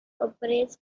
operates